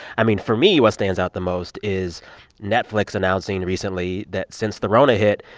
i mean, for me, what stands out the most is netflix announcing recently that, since the rona hit,